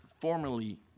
formerly